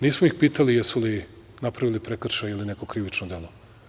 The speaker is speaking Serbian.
Nismo ih pitali jesu li napravili prekršaj ili neko krivično delo.